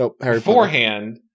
beforehand